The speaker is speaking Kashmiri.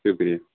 شُکرِیہ